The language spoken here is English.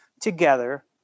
together